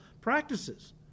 practices